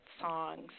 songs